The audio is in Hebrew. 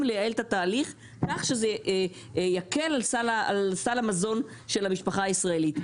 לייעל את התהליך כך שזה יקל על סך המזון של המשפחה הישראלית.